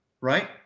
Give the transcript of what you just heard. right